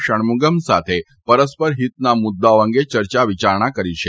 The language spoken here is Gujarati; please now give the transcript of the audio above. ષણમુગમ સાથે પરસ્પર હિતના મુદ્દાઓ અંગે ચર્ચા વિયારણા કરી છે